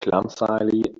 clumsily